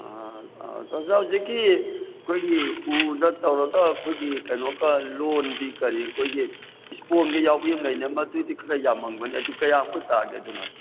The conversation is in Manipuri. ꯑꯥ ꯑꯥ ꯑꯣꯖꯥ ꯍꯧꯖꯤꯛꯀꯤ ꯑꯩꯈꯣꯏꯒꯤ ꯎꯗ ꯇꯧꯔꯒ ꯑꯩꯈꯣꯏꯒꯤ ꯀꯩꯅꯣꯒ ꯂꯣꯟꯕꯤ ꯀꯔꯤ ꯑꯩꯈꯣꯏꯒꯤ ꯁ꯭ꯄꯣꯟꯒ ꯌꯥꯎꯕꯤ ꯑꯃ ꯂꯩꯅꯦ ꯃꯗꯨꯗꯤ ꯈꯔ ꯌꯥꯝꯃꯝꯒꯅꯤ ꯀꯌꯥꯃꯨꯛꯀ ꯇꯥꯒꯦ ꯑꯗꯨꯅ